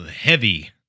heavy